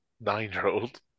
nine-year-old